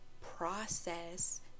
process